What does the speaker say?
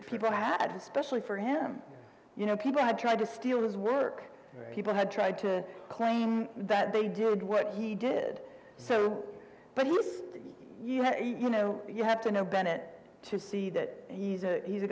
people had especially for him you know people have tried to steal his work people have tried to claim that they did what he did so but you have you know you have to know bennett to see that he's he's a